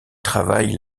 travaille